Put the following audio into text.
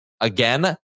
Again